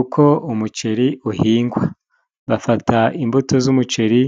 Uko umuceri uhingwa. Bafata imbuto z'umuceri